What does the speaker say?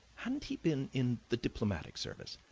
hadn't he been in the diplomatic service?